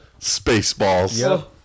Spaceballs